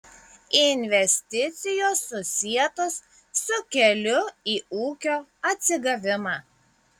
investicijos susietos su keliu į ūkio atsigavimą